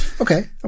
Okay